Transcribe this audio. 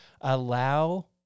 allow